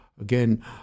again